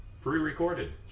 pre-recorded